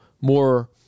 more